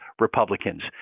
Republicans